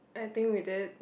I think we did